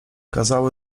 kazały